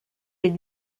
les